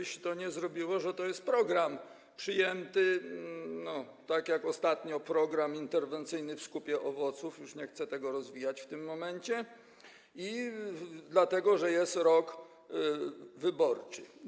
Chodzi o to, żeby nie było tak, że to jest program przyjęty tak jak ostatnio program interwencyjny w skupie owoców - już nie chcę tego rozwijać w tym momencie - i dlatego że jest rok wyborczy.